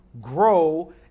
grow